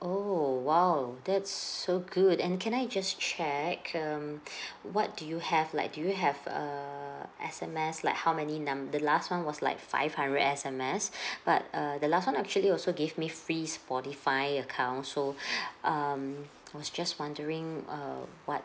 oh !wow! that's so good and can I just check um what do you have like do you have err S_M_S like how many num~ the last one was like five hundred S_M_S but err the last one actually also gave me free sportify account so um I was just wondering err what